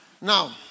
Now